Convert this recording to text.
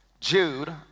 Jude